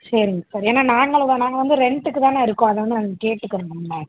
சரிங்க சார் ஏன்னா நாங்களுந்தான் நாங்கள் வந்து ரெண்ட்டுக்குதானே இருக்கோம் அதை வந்து நாங்கள் கேட்டுக்கணும்ல